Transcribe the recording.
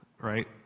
right